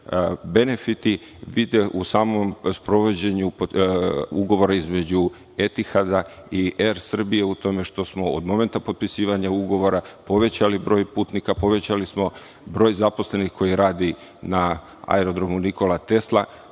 benefiti vide u samom sprovođenju ugovora između Etihada i „Er Srbije“ u tome što smo od momenta potpisivanja ugovora povećali broj putnika, povećali smo broj zaposlenih koji radi na aerodromu „Nikola Tesla“.